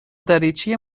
دریچه